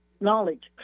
knowledge